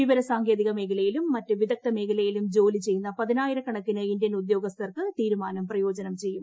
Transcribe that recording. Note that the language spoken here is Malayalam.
വിവര സാങ്കേതിക മേഖലയിലും മറ്റ് വിദഗ്ദ്ധ മേഖലയിലും ജോലി ചെയ്യുന്ന പതിനായിരകണക്കിന് ഇന്ത്യൻ ഉദ്യോഗസ്ഥർക്ക് തീരുമാനം പ്രയോജനം ചെയ്യും